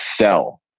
sell